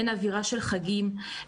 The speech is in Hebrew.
אין אווירה של חגים,